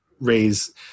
raise